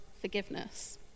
forgiveness